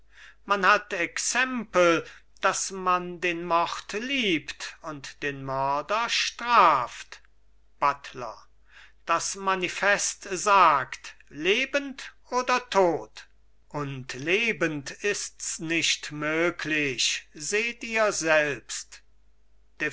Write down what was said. man hat exempel daß man den mord liebt und den mörder straft buttler das manifest sagt lebend oder tot und lebend ists nicht möglich seht ihr selbst